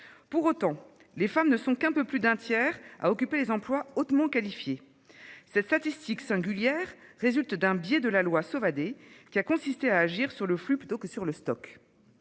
Pour autant, les femmes ne sont qu'un peu plus d'un tiers à occuper des emplois hautement qualifiés. Ces statistiques singulière résulte d'un billet de la loi Sauvadet qui a consisté à agir sur le flux plutôt que sur le stock.